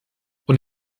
und